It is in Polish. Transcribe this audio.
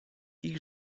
ich